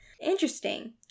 Interesting